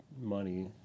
money